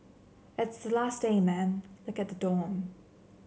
it's the last day man look at the dorm